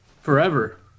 forever